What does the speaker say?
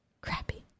crappy